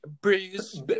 breeze